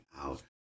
out